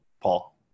Paul